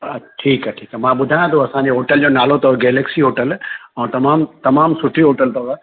हा ठीकु आहे ठीकु आहे मां ॿुधायां थो असांजे होटल जो नालो अथव गैलेक्सी होटल ऐं तमामु तमामु सुठी होटल अथव